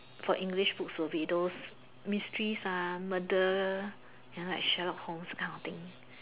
for English books will be those mysteries uh murder and like Sherlock Holmes kind of thing